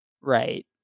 Right